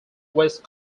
west